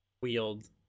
wield